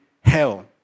hell